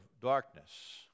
darkness